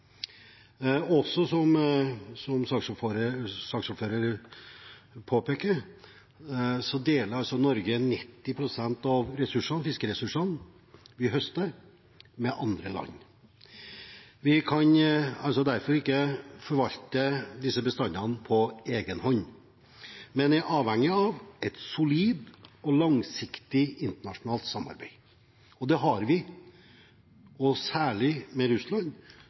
også påpeker, Norge deler 90 pst. av fiskeressursene vi høster, med andre land. Vi kan derfor ikke forvalte disse bestandene på egen hånd, men er avhengig av et solid og langsiktig internasjonalt samarbeid. Det har vi, og særlig med Russland